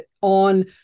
on